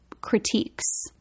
critiques